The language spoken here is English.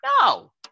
No